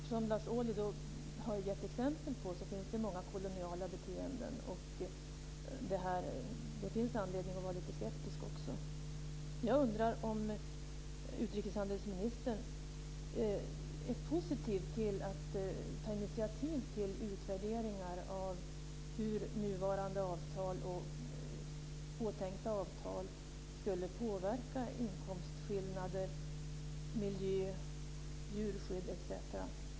Som Lars Ohly har gett exempel på finns det många koloniala beteenden. Det finns anledning att vara lite skeptisk också. Jag undrar om utrikeshandelsministern är positiv till att ta initiativ till utvärderingar av hur nuvarande avtal och påtänkta avtal skulle påverka inkomstskillnader, miljö, djurskydd etc.